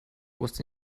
was